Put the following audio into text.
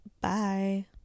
Bye